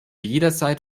jederzeit